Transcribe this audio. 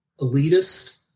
elitist